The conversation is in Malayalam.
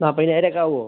നാപ്പതിനായിരം ഒക്കെ ആകുവോ